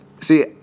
See